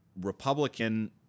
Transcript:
Republican